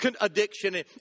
addiction